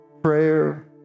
Prayer